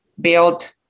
build